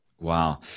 Wow